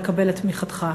לקבל את תמיכתך.